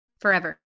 forever